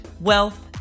wealth